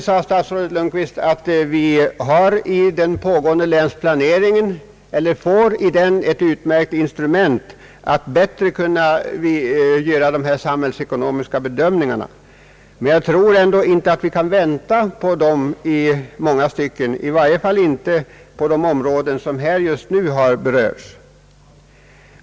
Statsrådet Lundkvist sade att vi i den pågående länsplaneringen får ett utmärkt instrument för att bättre kunna göra samhällsekonomiska bedömningar, men jag tror att vi i många stycken inte kan vänta på den, i varje fall inte i de områden som här har berörts.